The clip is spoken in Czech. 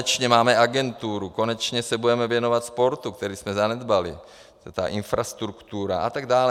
Konečně máme agenturu, konečně se budeme věnovat sportu, který jsme zanedbali, ta infrastruktura a tak dále.